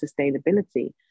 sustainability